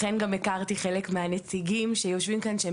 לכן גם הכרתי חלק מהנציגים שיושבים כאן שהם